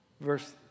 Verse